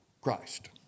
Christ